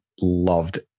loved